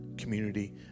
community